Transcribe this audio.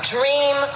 Dream